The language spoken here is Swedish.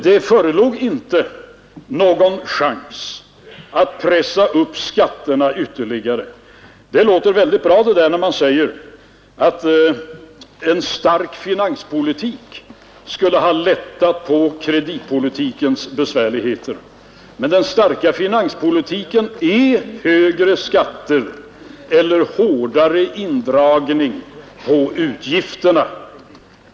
Det förelåg inte någon chans att pressa upp skatterna ytterligare. Det låter bra när man säger att en stark finanspolitik skulle ha lättat på kreditpolitikens besvärligheter. Men den starka finanspolitiken är: högre skatter eller hårdare indragning på utgifterna.